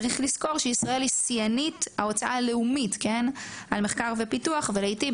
צריך לזכור שישראל היא שיאנית ההוצאה הלאומית על מחקר ופיתוח ולעיתים,